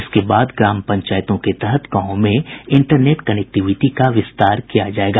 इसके बाद ग्राम पंचायतों के तहत गांवों में इंटरनेट कनेक्टिविटी का विस्तार किया जाएगा